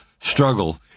struggle